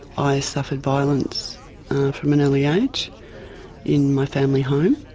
i suffered violence from an early age in my family home.